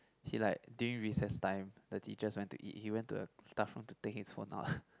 he like during recess time the teachers went to eat he went to a staff room to take his phone out